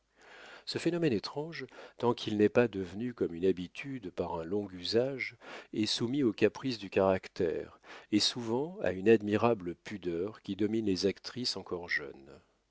ce phénomène étrange tant qu'il n'est pas devenu comme une habitude par un long usage est soumis aux caprices du caractère et souvent à une admirable pudeur qui domine les actrices encore jeunes